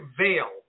veil